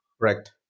Correct